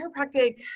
chiropractic